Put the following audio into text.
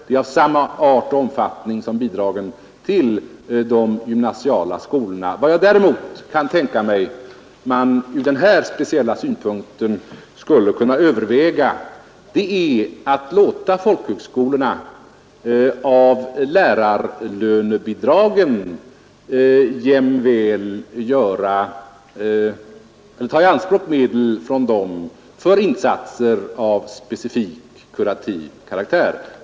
Det är av samma art och omfattning som bidragen till de gymnasiala skolorna. Vad jag däremot kan tänka mig att man fran den här speciella utgångspunkten skulle kunna överväga är att låta folkhögskolorna av lärarlönebidragen jämväl ta i anspråk medel för insatser av specifik kurativ karaktär.